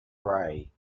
grey